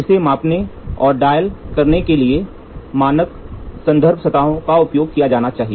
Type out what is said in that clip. इसे मापने और डायल करने के लिए मानक संदर्भ सतहों का उपयोग किया जाना चाहिए